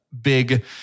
big